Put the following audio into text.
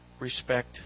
respect